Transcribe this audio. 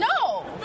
No